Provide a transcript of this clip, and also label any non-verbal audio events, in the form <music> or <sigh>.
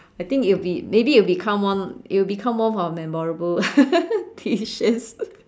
I think it will maybe it will become one it will become more of a memorable <laughs> dishes